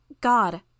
god